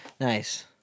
Nice